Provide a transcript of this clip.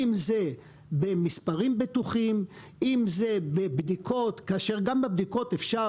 אם זה במספרים בטוחים ואם זה בבדיקות כאשר גם בבדיקות לא